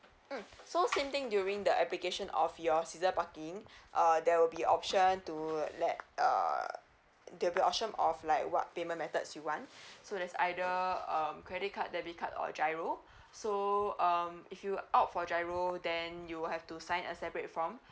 mm so same thing during the application of your season parking uh there will be option to let err there will be option of like what payment methods you want so that's either um credit card debit card or giro so um if you opt for giro then you will have to sign a separate form